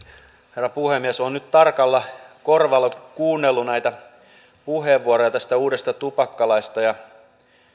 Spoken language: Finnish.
herra puhemies olen nyt tarkalla korvalla kuunnellut näitä puheenvuoroja tästä uudesta tupakkalaista ja